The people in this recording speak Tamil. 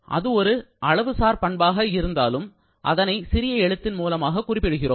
அது ஒரு அளவு சார் பண்பாக இருந்தாலும் அதனை சிறிய எழுத்தின் மூலமாக குறிப்பிடுகிறோம்